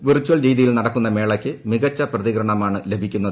virtual രീതിയിൽ നടക്കുന്ന മേളയ്ക്ക് മികച്ച പ്രതികരണമാണ് ലഭിക്കുന്നത്